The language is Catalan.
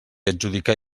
adjudicar